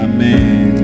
Amen